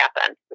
happen